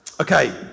Okay